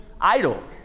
idol